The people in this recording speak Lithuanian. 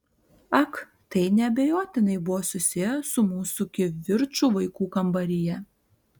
ak tai neabejotinai buvo susiję su mūsų kivirču vaikų kambaryje